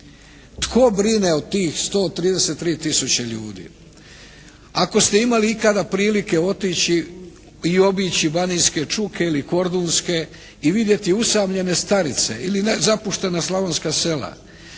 Tko brine o tih 133 tisuće ljudi? Ako ste imali ikada prilike otići i obići Banijske ćuke ili Kordunske i vidjeti usamljene starice ili ne, zapuštena slavonska sela,